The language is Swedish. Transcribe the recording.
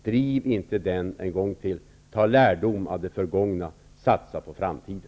Driv inte denna politik en gång till! Dra lärdom av det förgångna! Satsa på framtiden!